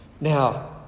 Now